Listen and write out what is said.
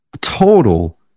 Total